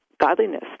godliness